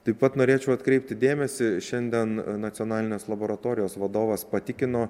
taip pat norėčiau atkreipti dėmesį šiandien nacionalinės laboratorijos vadovas patikino